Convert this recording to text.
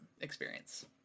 experience